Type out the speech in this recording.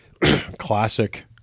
classic